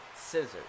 scissors